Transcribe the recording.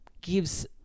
gives –